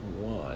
one